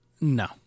No